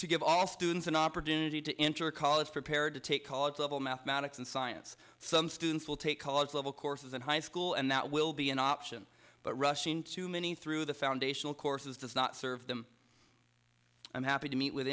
to give all students an opportunity to enter college prepared to take college level mathematics and science some students will take college level courses in high school and that will be an option but rushing to many through the foundational courses does not serve them i'm happy to meet with